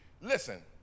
listen